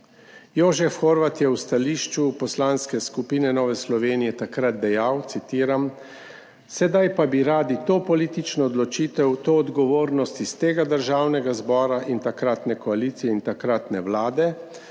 Jožef Horvat je v stališču Poslanske skupine Nova Slovenija takrat dejal, citiram: »Sedaj pa bi radi to politično odločitev, to odgovornost iz tega državnega zbora in takratne koalicije in takratne vlade